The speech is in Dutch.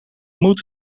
moet